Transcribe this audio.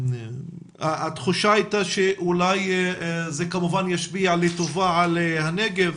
התחושה הייתה שאולי זה כמובן ישפיע לטובה על הנגב,